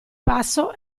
passo